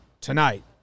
tonight